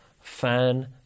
fan